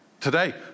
Today